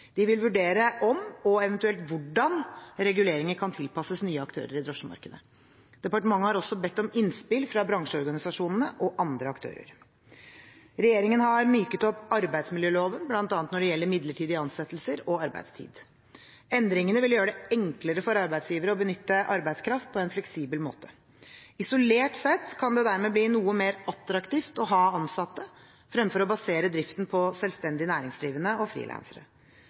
De vil vurdere om, og eventuelt hvordan, reguleringer kan tilpasses nye aktører i drosjemarkedet. Departementet har også bedt om innspill fra bransjeorganisasjonene og andre aktører. Regjeringen har myket opp arbeidsmiljøloven bl.a. når det gjelder midlertidige ansettelser og arbeidstid. Endringene vil gjøre det enklere for arbeidsgivere å benytte arbeidskraft på en fleksibel måte. Isolert sett kan det dermed bli noe mer attraktivt å ha ansatte fremfor å basere driften på selvstendig næringsdrivende og frilansere.